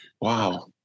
Wow